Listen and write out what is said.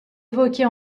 évoqués